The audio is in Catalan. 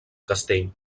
castell